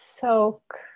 soak